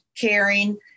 caring